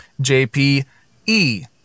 JPE